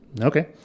okay